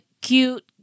cute